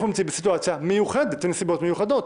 נמצאים בסיטואציה מיוחדת עם נסיבות מיוחדות.